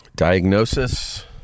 Diagnosis